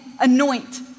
anoint